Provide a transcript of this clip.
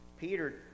Peter